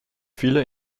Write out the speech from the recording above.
vieler